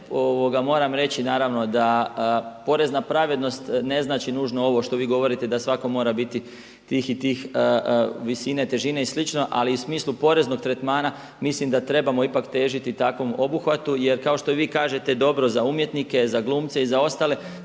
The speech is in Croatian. naravno da porezna pravednost ne znači nužno ovo što vi govorite da svako mora biti tih i tih visine i težine i slično, ali u smislu poreznog tretmana mislim da trebamo ipak težite takvom obuhvatu. Jer kao što i vi kažete dobro za umjetnike, za glumce i za ostale